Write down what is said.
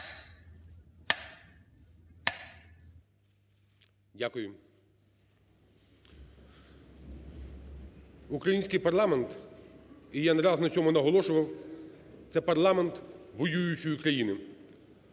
Дякую. Український парламент – і я не раз на цьому наголошував – це парламент воюючої країни.